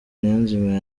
niyonzima